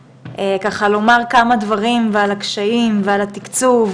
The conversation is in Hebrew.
לומר כמה דברים על הקשיים ועל התיקצוב,